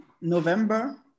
November